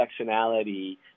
intersectionality